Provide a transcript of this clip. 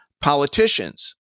politicians